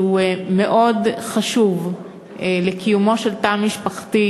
שהוא מאוד חשוב לקיומו של תא משפחתי